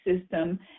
system